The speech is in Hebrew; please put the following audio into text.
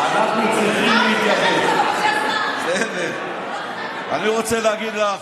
אני במקצועי, אז בוא אני אספר לך,